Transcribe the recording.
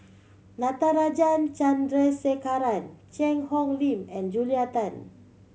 Natarajan Chandrasekaran Cheang Hong Lim and Julia Tan